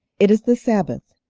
it is the sabbath,